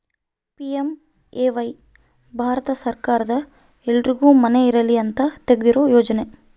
PMAY Bharat ಸರ್ಕಾರದ ಎಲ್ಲರ್ಗು ಮನೆ ಇರಲಿ ಅಂತ ತೆಗ್ದಿರೊ ಯೋಜನೆ